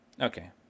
Okay